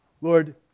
Lord